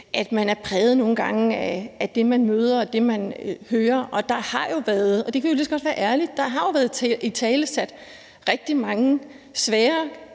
at man nogle gange er præget af det, man møder, og det, man hører, og der har jo været, og det kan vi lige så godt være ærlige om, italesat rigtig mange svære